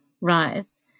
rise